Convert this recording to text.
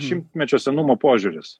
šimtmečio senumo požiūris